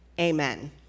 Amen